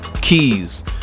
keys